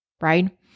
right